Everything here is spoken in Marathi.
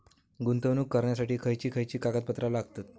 गुंतवणूक करण्यासाठी खयची खयची कागदपत्रा लागतात?